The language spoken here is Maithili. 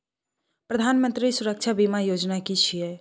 प्रधानमंत्री सुरक्षा बीमा योजना कि छिए?